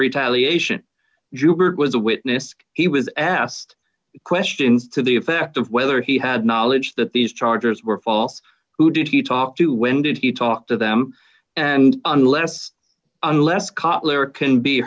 retaliation juber was a witness he was asked questions to the effect of whether he had knowledge that these chargers were false who did he talk to when did he talk to them and unless unless c